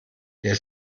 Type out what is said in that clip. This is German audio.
der